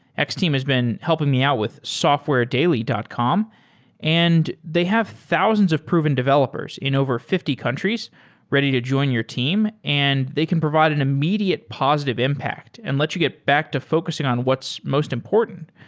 x-team has been helping me out with softwaredaily dot com and they have thousands of proven developers in over fifty countries ready to join your team and they can provide an immediate positive impact and lets you get back to focusing on what's most important,